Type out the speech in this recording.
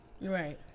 right